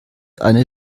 eine